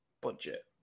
budget